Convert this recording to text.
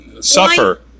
suffer